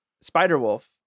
Spider-Wolf